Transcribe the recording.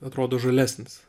atrodo žalesnis